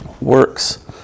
works